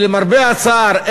למרבה הצער,